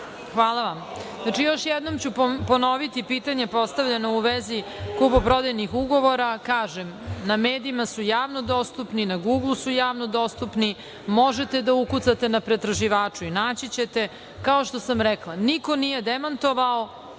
Hvala vam. Znači, još jednom ću ponoviti pitanje postavljeno u vezi kupoprodajnih ugovora. Kažem, na medijima su javno dostupni. Na „Guglu“ su javno dostupni. Možete da ukucate na pretraživaču i naći ćete. Kao što sam rekla, niko nije demantovao,